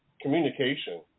communication